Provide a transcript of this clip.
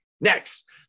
Next